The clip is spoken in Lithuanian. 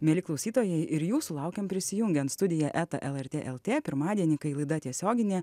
mieli klausytojai ir jūsų laukiam prisijungiant studija eta lrt lt pirmadienį kai laida tiesioginė